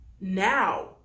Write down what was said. now